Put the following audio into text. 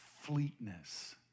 fleetness